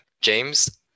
james